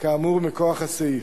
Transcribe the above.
כאמור מכוח הסעיף.